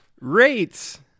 rates